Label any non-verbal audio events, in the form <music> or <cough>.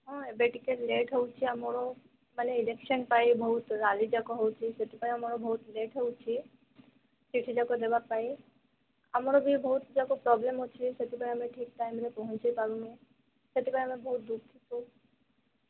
ହଁ ଏବେ ଟିକେ ଲେଟ୍ ହଉଛି ଆମର ମାନେ ଇଲେକ୍ସନ ପାଇଁ ବହୁତ ରାଲି ଯାକ ହେଉଛି ସେଥିପାଇଁ ଆମର ବହୁତ ଲେଟ୍ ହେଉଛି ଚିଠି ଯାକ ଦେବା ପାଇଁ ଆମର ବି ବହୁତ ଯାକ ପ୍ରୋବ୍ଲେମ୍ ଅଛି ସେଥିପାଇଁ ଆମେ ଏଠି ଠିକ ଟାଇମରେ ପହଁଚାଇ ପାରୁନୁ ସେଥିପାଇଁ ଆମେ ବହୁତ <unintelligible>